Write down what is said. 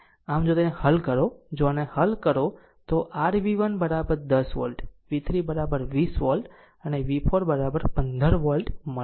આમ જો આને હલ કરો જો આને હલ કરો તો r v1 10 volt v3 20 volt અને v4 15 વોલ્ટ મળશે